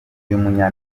munya